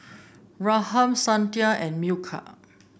Ramnath Santha and Milkha